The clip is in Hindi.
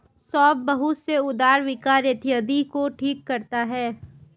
सौंफ बहुत से उदर विकार इत्यादि को ठीक करता है